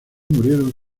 murieron